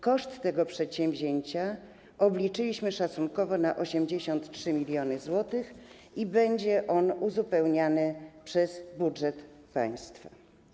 Koszt tego przedsięwzięcia obliczyliśmy szacunkowo na 83 mln zł i będzie on finansowany przez budżet państwa.